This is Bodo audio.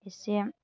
एसे